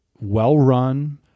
well-run